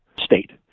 state